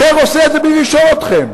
אחר עושה את זה בלי לשאול אתכם.